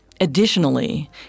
Additionally